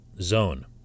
zone